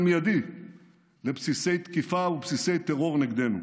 מיידי לבסיסי תקיפה ובסיסי טרור נגדנו.